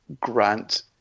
Grant